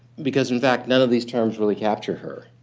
because in fact, none of these terms really capture her.